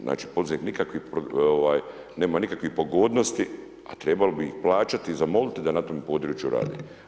Znači poduzetnik nema nikakvih pogodnosti, a trebalo bi ih plaćati, zamoliti da na tome području rade.